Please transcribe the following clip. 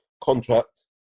contract